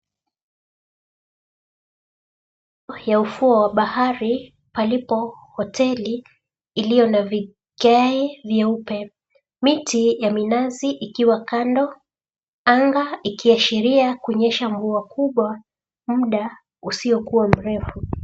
Kando ya ufuo wa bahari palipo hoteli ya vigae vyeupe, miti ya minazi ikiwa kando, anga ikiashiria kunyesha kwa mvua kubwa mda usiokuwa mrefu.